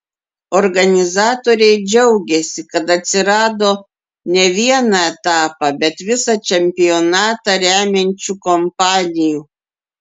organizatoriai džiaugiasi kad atsirado ne vieną etapą bet visą čempionatą remiančių kompanijų